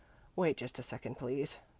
wait just a second, please.